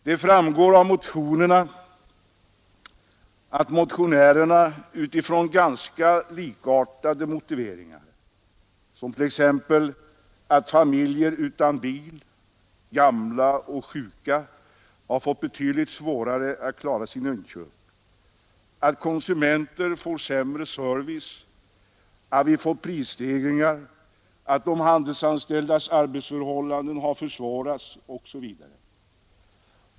Det framgår av motionerna att motionärerna har ganska likartade motiveringar: familjer utan bil, gamla och sjuka har fått betydligt svårare att klara sina inköp; konsumenter får sämre service; vi får prisstegringar; de handelsanställdas arbetsförhållanden har försvårats, osv.